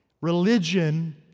Religion